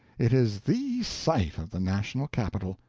it is the sight of the national capital.